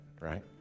right